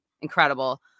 incredible